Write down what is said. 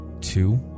two